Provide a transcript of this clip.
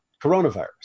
coronavirus